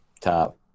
top